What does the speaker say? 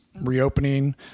reopening